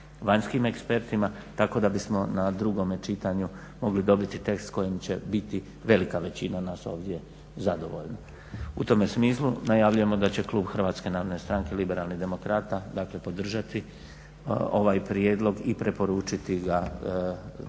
vanjskim ekspertima tako da bismo na drugome čitanju mogli dobiti tekst s kojim će biti velika većina nas ovdje zadovoljna. U tome smislu najavljujemo da će klub HNS-a podržati ovaj prijedlog i preporučiti ga